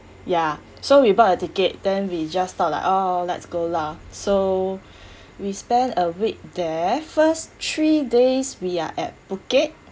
ya so we bought a ticket then we just thought like oh let's go lah so we spent a week there first three days we are at phuket